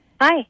hi